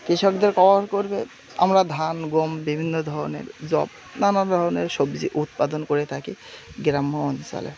কৃষকদের কভার করবে আমরা ধান গম বিভিন্ন ধরনের যব নানা ধরনের সবজি উৎপাদন করে থাকি গ্রাম্য অঞ্চলে